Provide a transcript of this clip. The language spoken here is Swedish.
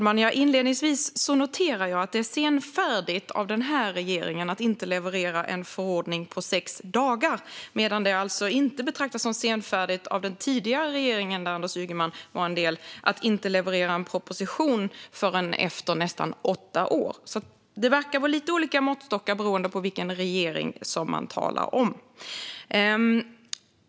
Fru talman! Inledningsvis noterar jag att det är senfärdigt av regeringen att inte leverera en förordning på sex dagar medan det inte betraktas som senfärdigt av den tidigare regeringen som Anders Ygeman var en del av att inte leverera en proposition förrän efter nästan åtta år. Det verkar vara lite olika måttstockar beroende på vilken regering som man talar om.